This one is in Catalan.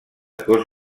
cos